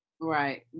Right